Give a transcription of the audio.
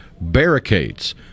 barricades